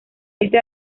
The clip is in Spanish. este